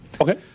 Okay